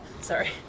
Sorry